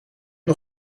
nog